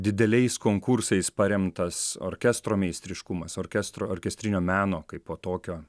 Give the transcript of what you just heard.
dideliais konkursais paremtas orkestro meistriškumas orkestro orkestrinio meno kaipo tokio